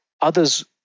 others